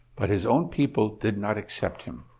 but his own people did not accept him.